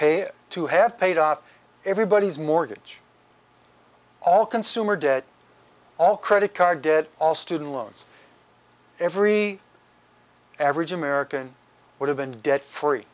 pay to have paid out everybody's mortgage all consumer debt all credit card debt all student loans every average american would have been debt free